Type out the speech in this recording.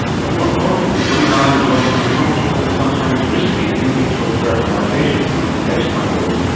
but more importantly, women are undergoing uncomfortable and sometimes risky in vitro fertilisation, ivf cycles,